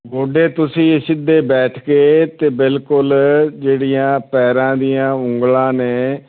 ਗੋਡੇ ਤੁਸੀਂ ਸਿੱਧੇ ਬੈਠ ਕੇ ਅਤੇ ਬਿਲਕੁਲ ਜਿਹੜੀਆਂ ਪੈਰਾਂ ਦੀਆਂ ਉਂਗਲਾਂ ਨੇ